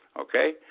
Okay